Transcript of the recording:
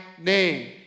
name